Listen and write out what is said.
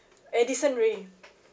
eh this one really